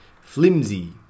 Flimsy